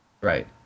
Right